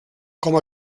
com